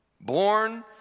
Born